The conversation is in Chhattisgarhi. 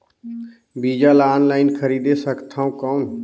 बीजा ला ऑनलाइन खरीदे सकथव कौन?